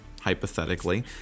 hypothetically